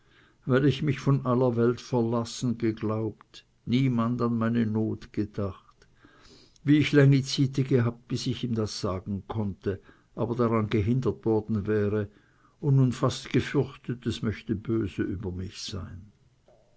weil ich mich von aller welt verlassen geglaubt niemand an meine not gedacht wie ich längi zyti gehabt bis ich ihm das sagen konnte aber daran gehindert worden wäre und nun fast gefürchtet es möchte böse über mich sein